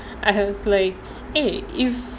I was like !hey! if